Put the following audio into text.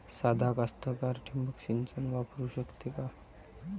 सादा कास्तकार ठिंबक सिंचन वापरू शकते का?